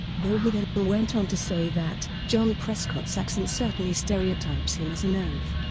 though he then went on to say that john prescott's accent certainly stereotypes him as an oaf,